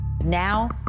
Now